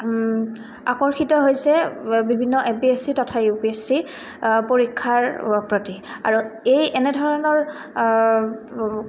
আকৰ্ষিত হৈছে বিভিন্ন এ পি এছ চি তথা ইউ পি এছ চি পৰীক্ষাৰ প্ৰতি আৰু এই এনেধৰণৰ